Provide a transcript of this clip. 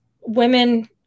women